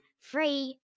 free